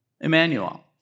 Emmanuel